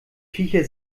viecher